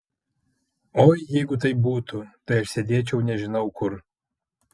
oi jeigu taip būtų tai aš sėdėčiau nežinau kur